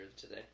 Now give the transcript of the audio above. today